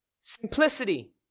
Simplicity